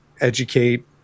educate